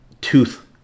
tooth